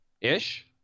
ish